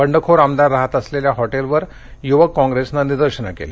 बंडखोर आमदार राहात असलेल्या हॉटेलवर युवक कॉप्रेसनं निदर्शन केली